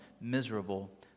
miserable